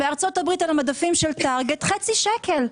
בארצות הברית במדפים של טארגט חצי שקל.